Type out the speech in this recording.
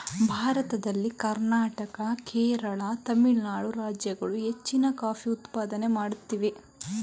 ಭಾರತದಲ್ಲಿ ಕರ್ನಾಟಕ, ಕೇರಳ, ತಮಿಳುನಾಡು ರಾಜ್ಯಗಳು ಹೆಚ್ಚಿನ ಕಾಫಿ ಉತ್ಪಾದನೆ ಮಾಡುತ್ತಿವೆ